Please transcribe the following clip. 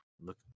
look